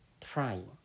trying